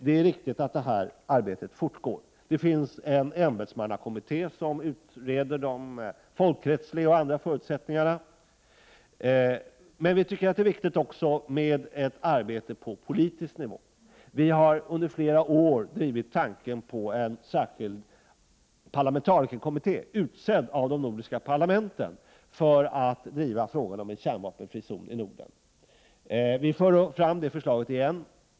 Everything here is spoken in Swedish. Det är riktigt att arbetet med detta fortgår. Det finns en ämbetsmannakommitté, som utreder folkrättsliga och andra förutsättningar för en kärnvapenfri zon. Men vi tycker också att det är viktigt med ett arbete på politisk nivå. Vi har under flera år drivit tanken på en särskild parlamentarikerkommitté, utsedd av de nordiska parlamenten, för att driva frågan om en kärnvapenfri zon i Norden. Vi för nu fram detta förslag igen.